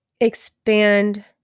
expand